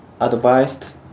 advised